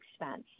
expense